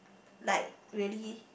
like really